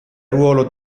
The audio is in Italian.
ruolo